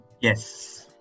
Yes